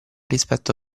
rispetto